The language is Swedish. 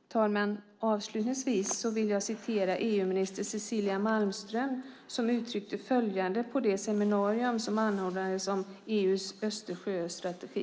Herr talman! Avslutningsvis vill jag citera EU-minister Cecilia Malmström som uttryckte följande på det seminarium som anordnades om EU:s Östersjöstrategi.